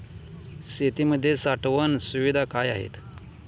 शेतीमध्ये साठवण सुविधा काय आहेत?